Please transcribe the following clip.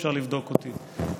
אפשר לבדוק אותי,